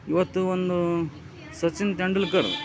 ಇವತ್ತು ಒಂದು ಸಚಿನ್ ತೆಂಡೂಲ್ಕರ್